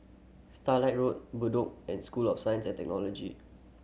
Starlight Road Bedok and School of Science and Technology